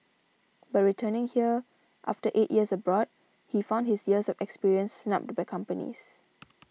but returning here after eight years abroad he found his years of experience snubbed by companies